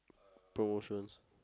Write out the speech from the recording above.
promotions